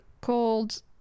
called